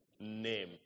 name